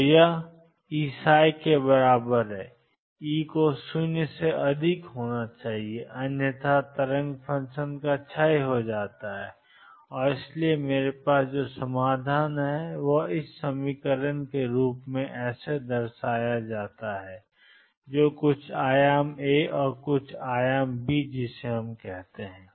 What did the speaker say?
तो यह Eψ के बराबर है E को 0 से अधिक होना चाहिए अन्यथा तरंग फ़ंक्शन का क्षय हो जाता है और इसलिए मेरे पास जो समाधान हैं वे हैं xeikx मुझे इसे k1x या e ik1x कुछ आयाम A कुछ आयाम B कहते हैं